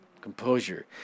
composure